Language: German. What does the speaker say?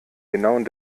genauen